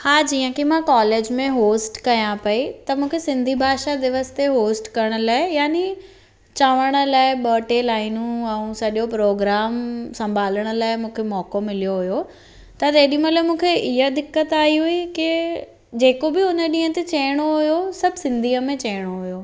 हा जीअं की मां कॉलेज में होस्ट कयां पई त मूंखे सिंधी भाषा दिवस ते होस्ट करण लाइ याने चवण लाइ ॿ टे लाइनूं ऐं सॼो प्रोग्राम संभालण लाइ मूंखे मौक़ो मिलियो हुओ त तेॾी महिल मूंखे इहा दिक़त आई हुई की जेको बि हुन ॾींहं ते चइणो हुओ सभु सिंधीअ में चइणो हुओ